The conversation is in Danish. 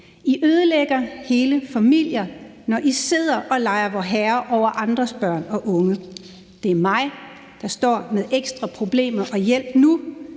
I ødelægger hele familier, når I sidder og leger Vorherre over andres børn og unge. Det er mig, der står med ekstra problemer og hjælp nu,